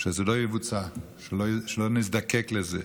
שזה לא יבוצע, שלא נזדקק לזה,